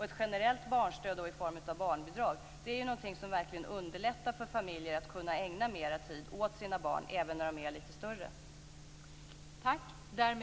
Ett generellt barnstöd i form av barnbidrag är något som verkligen underlättar för familjer när det gäller möjligheterna att ägna mera tid åt sina barn även när dessa är lite större.